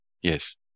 Yes